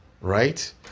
right